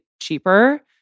cheaper